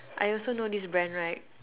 I also know this brand right